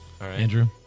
Andrew